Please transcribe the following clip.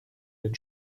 den